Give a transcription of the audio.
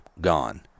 gone